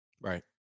Right